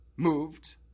moved